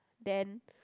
then